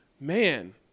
man